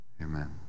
amen